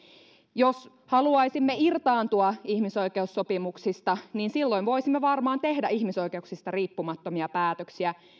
jos haluaisimme irtaantua ihmisoikeussopimuksista niin silloin voisimme varmaan tehdä ihmisoikeuksista riippumattomia päätöksiä